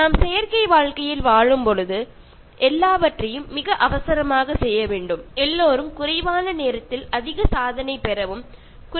നമ്മൾ ഒരു മനുഷ്യനിർമ്മിത ജീവിതരീതിയിൽ ജീവിക്കുമ്പോൾ എല്ലാം വളരെ പെട്ടെന്ന് ചെയ്തു തീർക്കേണ്ടി വരികയും എല്ലാവരും ചുരുങ്ങിയ സമയം കൊണ്ട് കൂടുതൽ കാര്യം ചെയ്തു തീർക്കാനുള്ള സമ്മർദ്ദത്തിലും ആയിരിക്കും